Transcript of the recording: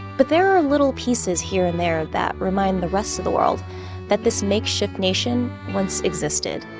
but there are little pieces here and there of that remind the rest of the world that this makeshift nation once existed.